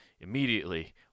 immediately